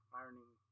ironing